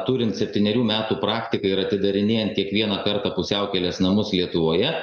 turint septynerių metų praktiką ir atidarinėjant kiekvieną kartą pusiaukelės namus lietuvoje